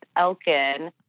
Elkin